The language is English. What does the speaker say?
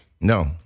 No